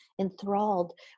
enthralled